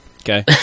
Okay